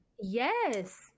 yes